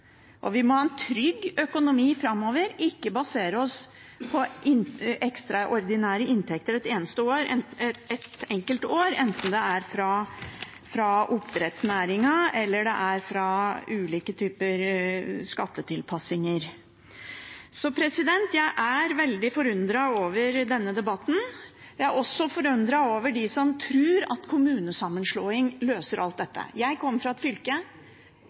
Vi må ha en trygg økonomi framover, ikke basere oss på ekstraordinære inntekter et enkelt år, enten det er fra oppdrettsnæringen eller fra ulike typer skattetilpasninger. Så jeg er veldig forundret over denne debatten. Jeg er også forundret over dem som tror at kommunesammenslåing løser alt dette. Jeg kommer fra et fylke